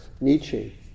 Nietzsche